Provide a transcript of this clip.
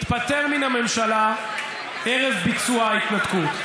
התפטר מן הממשלה ערב ביצוע ההתנתקות.